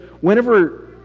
whenever